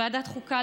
לוועדת חוקה,